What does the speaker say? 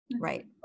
right